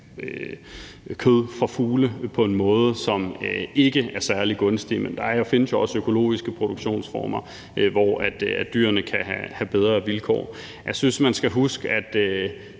kød fra fugle på en måde, som ikke er særlig gunstig, men der findes jo også økologiske produktionsformer, hvor dyrene kan have bedre vilkår. Og jeg synes, man skal huske, at